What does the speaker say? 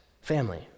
family